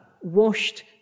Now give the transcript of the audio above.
washed